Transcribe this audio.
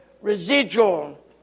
residual